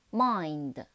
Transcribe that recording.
mind